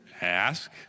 ask